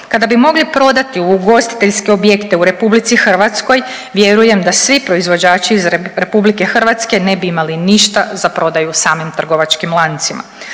Kada bi mogli prodati ugostiteljske objekte u Republici Hrvatskoj vjerujem da svi proizvođači iz Republike Hrvatske ne bi imali ništa za prodaju samim trgovačkim lancima.